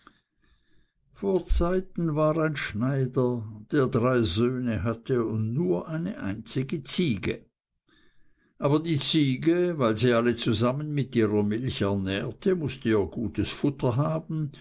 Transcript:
vor zeiten war ein schneider der drei söhne hatte und nur eine einzige ziege aber die ziege weil sie alle zusammen mit ihrer milch ernährte mußte ihr gutes futter haben